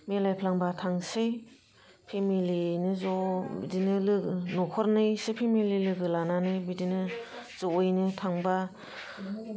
मिलायफ्लांबा थांसै फेमिलियैनो ज' बिदिनो न'खरनैसो फेमिलि लोगो लानानै बिदिनो ज'यैनो थांबा